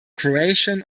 croatian